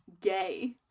gay